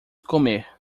comer